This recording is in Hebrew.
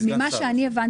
ממה שאני הבנתי,